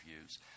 views